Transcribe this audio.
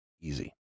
Easy